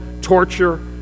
torture